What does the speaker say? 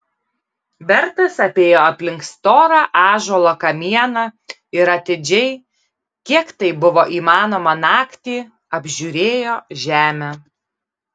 bertas apėjo aplink storą ąžuolo kamieną ir atidžiai kiek tai buvo įmanoma naktį apžiūrėjo žemę